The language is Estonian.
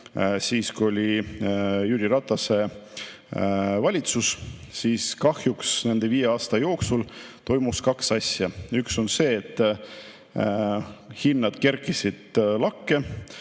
kui oli Jüri Ratase valitsus. Kahjuks nende viie aasta jooksul on toimunud kaks asja. Üks on see, et hinnad kerkisid lakke.